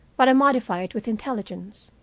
but i modify it with intelligence.